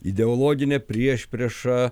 ideologinė priešprieša